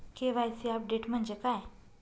KYC update म्हणजे काय?